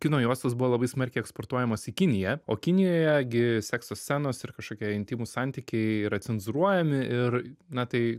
kino juostos buvo labai smarkiai eksportuojamos į kiniją o kinijoje gi sekso scenos ir kažkokie intymūs santykiai yra cenzūruojami ir na tai